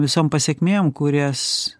visom pasekmėm kurias